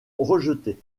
rejetées